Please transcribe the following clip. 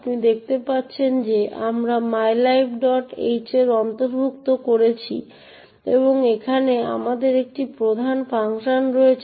আপনি দেখতে পাচ্ছেন যে আমরা mylibh অন্তর্ভুক্ত করেছি এবং এখানে আমাদের একটি প্রধান ফাংশন রয়েছে